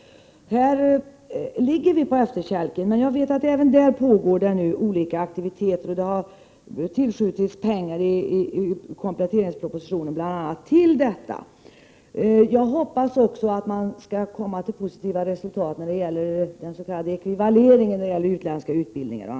Här ligger vi på efterkälken, men jag vet att det även inom detta område pågår olika aktiviteter och att pengar bl.a. har tillskjutits i kompletteringspropositionen för detta ändamål. Jag hoppas också att man skall komma fram till positiva resultat när det gäller den s.k. ekvivaleringen av utländska utbildningar.